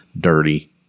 dirty